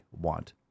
want